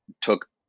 took